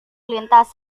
lintas